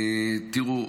תראו,